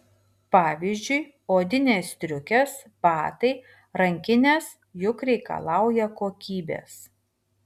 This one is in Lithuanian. pavyzdžiui odinės striukės batai rankinės juk reikalauja kokybės